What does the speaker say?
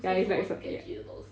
ya is like